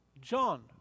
John